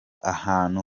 ahantu